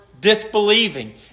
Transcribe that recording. disbelieving